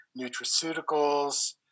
nutraceuticals